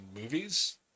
movies